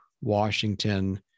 Washington